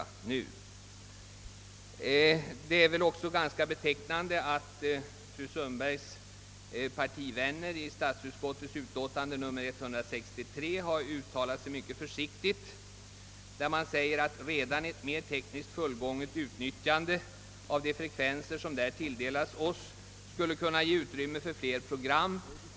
Det är ganska betecknande att fru Sundbergs partivänner i statsutskottets utlåtande nr 163 har uttalat sig mycket försiktigt. De framhåller nämligen följande: »Redan ett mer tekniskt fullgånget utnyttjande av de frekvenser som där tilldelades oss skulle kunna ge utrymme för fler program.